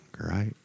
right